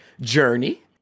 Journey